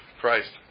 Christ